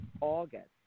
August